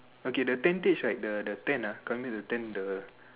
okay the tentage right the the tent ah coming in the tent the